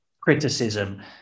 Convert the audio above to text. criticism